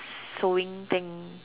sowing thing